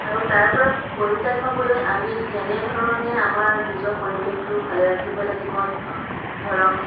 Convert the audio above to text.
আৰু তাৰ পৰা পৰিত্ৰাণ পাবলৈ আমি কেনেধৰণে আমাৰ নিজৰ পৰিৱেশটোও ভালে ৰাখিব লাগিব ধৰক